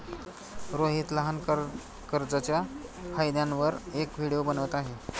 रोहित लहान कर्जच्या फायद्यांवर एक व्हिडिओ बनवत आहे